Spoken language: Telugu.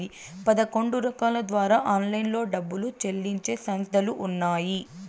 పదకొండు రకాల ద్వారా ఆన్లైన్లో డబ్బులు చెల్లించే సంస్థలు ఉన్నాయి